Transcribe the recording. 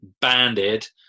banded